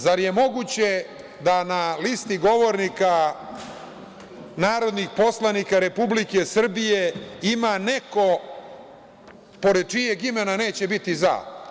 Zar je moguće da na listi govornika narodnih poslanika Republike Srbije ima neko pored čijeg imena neće biti za?